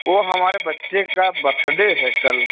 वो हमारे बच्चे का बर्थडे है कल